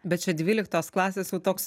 bet čia dvyliktos klasės jau toks